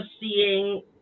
seeing